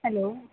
hello